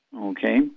Okay